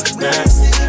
nasty